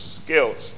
skills